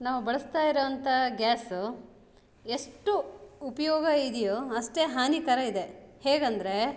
ನಾವು ಬಳಸ್ತಾ ಇರುವಂತ ಗ್ಯಾಸು ಎಷ್ಟು ಉಪಯೋಗ ಇದೆಯೋ ಅಷ್ಟೆ ಹಾನಿಕರ ಇದೆ ಹೇಗಂದ್ರೆ